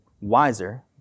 wiser